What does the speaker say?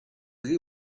زیر